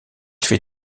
fait